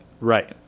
Right